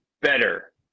better